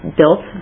built